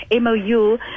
MOU